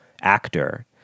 actor